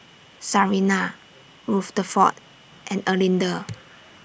Sarina Rutherford and Erlinda